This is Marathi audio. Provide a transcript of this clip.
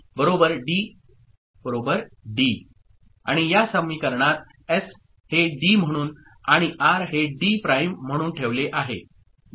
1 D आणि या समीकरणात एस हे डी म्हणून आणि आर हे डी प्राइम म्हणून ठेवले आहे ओके